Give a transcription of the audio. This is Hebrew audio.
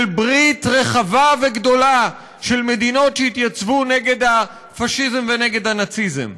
של ברית רחבה וגדולה של מדינות שהתייצבו נגד הפאשיזם ונגד הנאציזם.